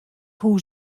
hûs